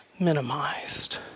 minimized